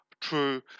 true